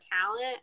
talent